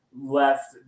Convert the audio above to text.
left